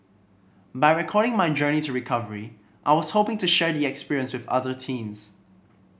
by recording my journey to recovery I was hoping to share the experience with other teens